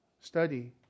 study